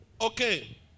Okay